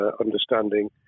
understanding